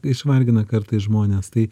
išvargina kartais žmonės tai